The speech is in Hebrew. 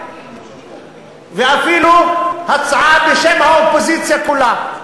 ואפילו הצעה בשם האופוזיציה כולה,